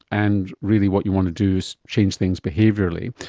and really what you want to do is change things behaviourally.